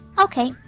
ok,